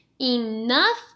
enough